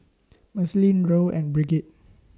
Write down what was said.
Marceline Roe and Brigid